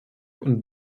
und